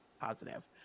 positive